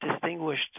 distinguished